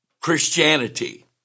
Christianity